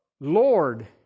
Lord